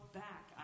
back